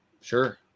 Sure